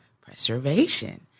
preservation